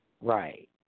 Right